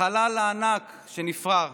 על החלל הענק שנפער,